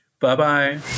Bye-bye